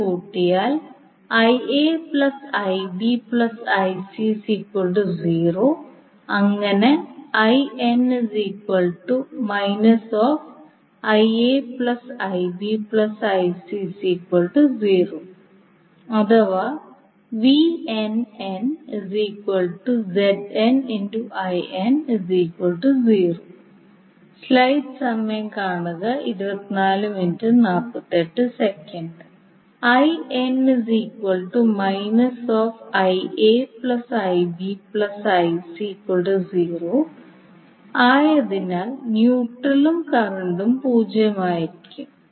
ഇതു കൂട്ടിയാൽ അങ്ങനെ അഥവാ ആയതിനാൽ ന്യൂട്രൽ കറന്റും പൂജ്യമായിരിക്കും